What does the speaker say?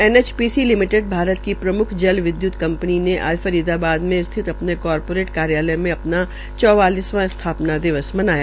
NH ीसी limited Bharat की प्रमुख जल विदयुत कं नी ने आज फरीदाबाद में स्थित अ ने कारा रेट कार्यालय में अ ना चौवालिसवा स्था ना दिवस मनाया